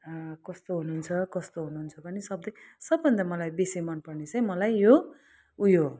कस्तो हुनुहुन्छ कस्तो हुनुहुन्छ पनि शब्द सबभन्दा मलाई बेसी मनपर्ने चाहिँ मलाई यो ऊ यो